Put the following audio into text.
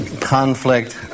conflict